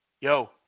Yo